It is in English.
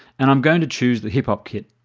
and i'm going to choose the hip hop kit.